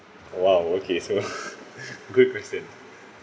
!wow! okay so good question